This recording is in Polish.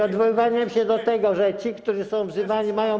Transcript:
odwoływanie się do tego, że ci, którzy są wzywani, mają broń.